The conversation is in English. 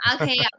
Okay